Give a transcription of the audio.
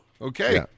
Okay